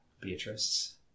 Beatrice